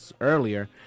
earlier